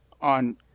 on